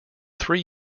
three